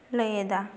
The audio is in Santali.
ᱞᱟᱹᱭ ᱮᱫᱟ